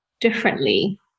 differently